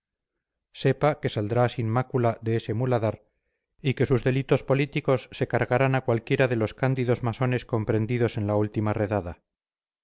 sepa que saldrá sin mácula de ese muladar y que sus delitos políticos se cargarán a cualquiera de los cándidos masones comprendidos en la última redada